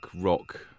rock